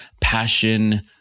passion